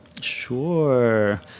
sure